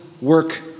work